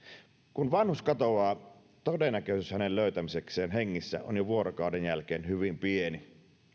kun vanhus katoaa todennäköisyys hänen löytämisekseen hengissä on jo vuorokauden jälkeen hyvin pieni